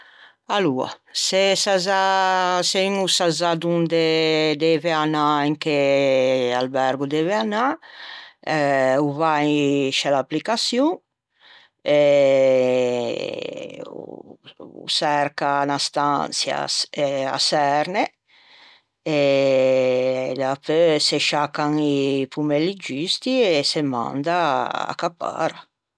Aloa se sa za, se un o sa za donde deve anâ, in che albergo o deve anâ, o va in sce l'applicaçion e o çerca unna stançia e a çerne e dapeu se sciaccan i pommelli giusti e se manda a capara.